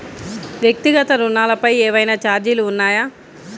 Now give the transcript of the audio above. వ్యక్తిగత ఋణాలపై ఏవైనా ఛార్జీలు ఉన్నాయా?